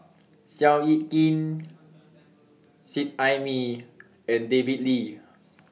Seow Yit Kin Seet Ai Mee and David Lee